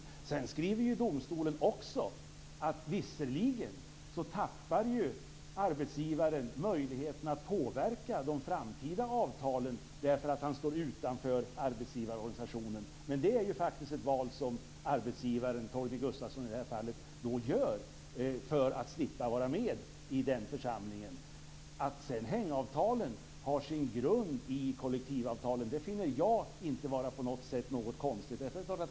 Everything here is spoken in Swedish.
Domstolen skriver också att visserligen tappar arbetsgivaren möjligheten att påverka de framtida avtalen eftersom han står utanför arbetsgivarorganisationen, men det är faktiskt ett val som arbetsgivaren - i det här fallet Torgny Gustafsson - gör för att slippa vara med i den församlingen. Jag finner det inte konstigt att hängavtalen har sin grund i kollektivavtalen.